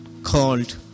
called